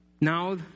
Now